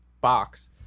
box